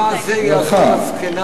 מה זה יעזור לזקנה